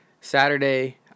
Saturday